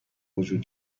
وجود